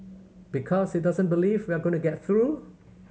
because he doesn't believe we are going to get through